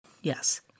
Yes